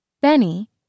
Benny